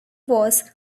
was